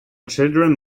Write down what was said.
children